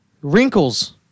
Wrinkles